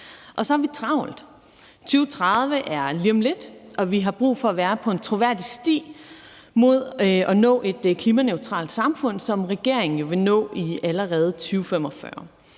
og så har vi travlt. 2030 er lige om lidt, og vi har brug for at være på en troværdig sti mod at nå et klimaneutralt samfund, som regeringen jo vil nå allerede i 2045.